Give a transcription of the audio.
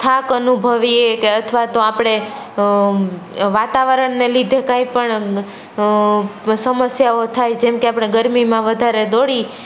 થાક અનુભવીએ કે અથવા તો આપણે વાતાવરણને લીધે કાંઈ પણ સમસ્યાઓ થાય છે જેમ કે આપણે ગરમીમાં વધારે દોડી